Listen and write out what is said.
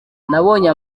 nabonye